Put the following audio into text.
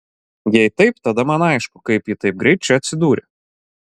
jei taip tada man aišku kaip ji taip greit čia atsidūrė